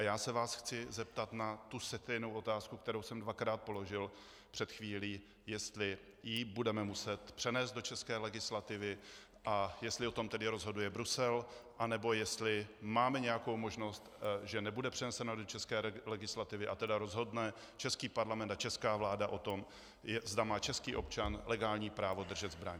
Chci se vás zeptat na tu stejnou otázku, kterou jsem dvakrát položil před chvílí jestli ji budeme muset přenést do české legislativy a jestli o tom tedy rozhoduje Brusel, nebo jestli máme nějakou možnost, že nebude přenesena do české legislativy, a tedy rozhodne český Parlament a česká vláda o tom, zda má český občan legální právo držet zbraň.